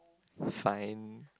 fine